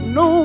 no